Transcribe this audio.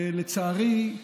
לצערי,